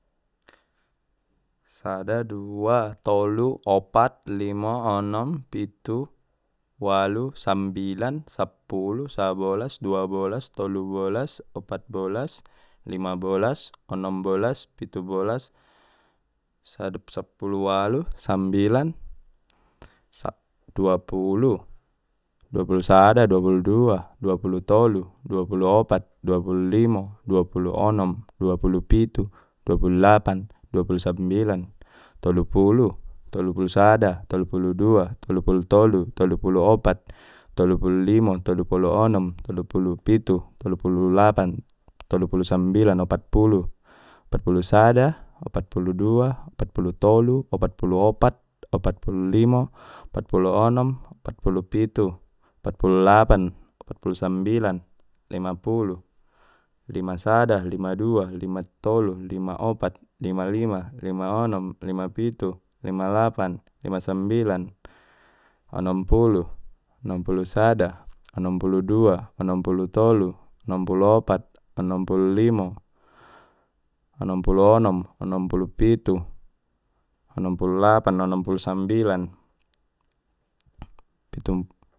Sada dua tolu opat limo onom pitu walu sambilan sappulu sabolas duabolas tolubolas opatbolas limabolas onombolas pitubolas sapuluwalu sambilan sa duapulu duapulu sada duapulu dua duapulu tolu duapulu opat duapulu limo duapulu onom duapulu pitu duapulu lapan duapulu sambilan tolupulu tolupulu sada tolupulu dua tolupulu tolu tolupulu opat tolupulu limo tolupulu onom tolupulu pitu tolupulu lapan tolupulu sambilan opatpulu opatpulu sada opatpulu dua opatpulu tolu opatpulu opat opatpulu limo opatpulu onom opatpulu pitu opatpulu lapan opatpulu sambilan limapulu limapulu sada limapulu dua limapulu tolu limapulu opat limapulu limo limapulu onom limapulu pitu limapulu lapan limapulu sambilan onompulu onompulu sada onompulu dua onompulu tolu onompulu opat onompulu limo onompulu onom onompulu pitu onompulu lapan onompulu sambilan pitupu.